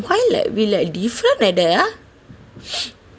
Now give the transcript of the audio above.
why like we like different like that ah